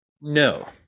No